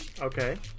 Okay